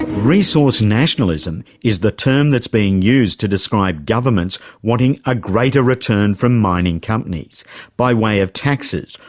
resource nationalism is the term that's being used to describe governments wanting a greater return from mining companies by way of taxes,